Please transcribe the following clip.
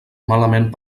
malament